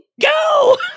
go